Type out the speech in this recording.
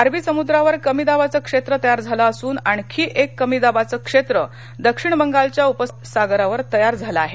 अरबी समुद्रावर कमी दाबाचे क्षेत्र तयार झाले असून आणखी एक कमी दाबाचे क्षेत्र दक्षिण बंगालच्या उपसागरावर तयार झाल आहे